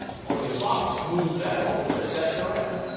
according to bob, smoothed that over, is that correct?